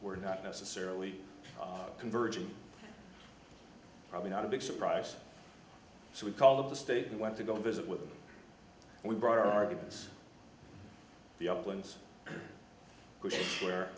were not necessarily converging probably not a big surprise so we called the state and went to go visit with them and we brought our arguments the uplands where